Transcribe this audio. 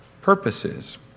purposes